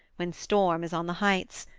when storm is on the heights,